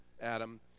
Adam